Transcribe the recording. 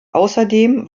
außerdem